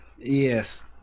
Yes